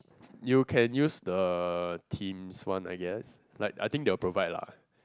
you can use the team's one I guess like I think they will provide lah